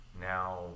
Now